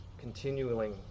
continuing